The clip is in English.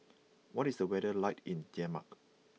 what is the weather like in Denmark